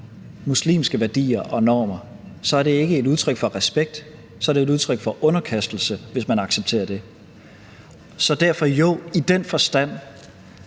muslimske værdier og normer, er det ikke et udtryk for respekt, så er det jo et udtryk for underkastelse, hvis man accepterer det. Så i den forstand,